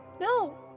No